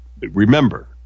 Remember